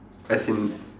as in